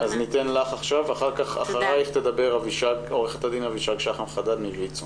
אז ניתן לך עכשיו ואחרייך תדבר עו"ד אבישג שחם חדד מויצ"ו.